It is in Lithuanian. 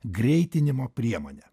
greitinimo priemonė